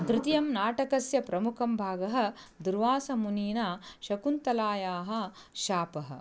तृतीयं नाटकस्य प्रमुखं भागः दुर्वासमुनीना शकुन्तलायाः शापः